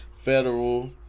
federal